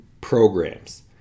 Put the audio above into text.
programs